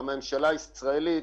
והממשלה הישראלית